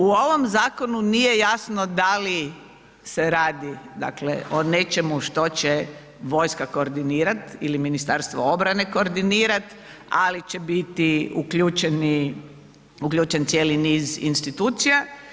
U ovom zakonu nije jasno da li se radi dakle, o nečemu što će vojska koordinirati ili Ministarstvo obrane koordinirati, ali će biti uključeni cijeli niz institucija.